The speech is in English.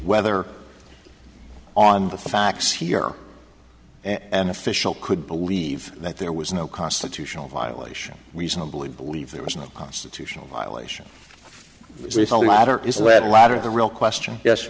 whether on the facts here an official could believe that there was no constitutional violation reasonably believe there was no constitutional violation there's no matter is that a lot of the real question yes